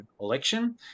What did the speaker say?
election